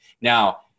Now